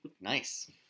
nice